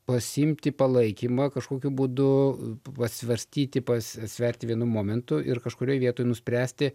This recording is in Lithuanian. pasiimti palaikymą kažkokiu būdu pasvarstyti pasisverti vienu momentu ir kažkurioj vietoj nuspręsti